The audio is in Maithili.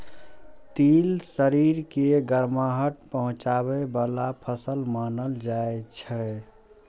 तिल शरीर के गरमाहट पहुंचाबै बला फसल मानल जाइ छै